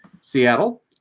Seattle